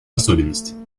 особенность